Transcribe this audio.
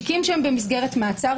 תיקים שבמסגרת מעצר,